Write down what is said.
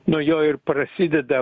nuo jo ir prasideda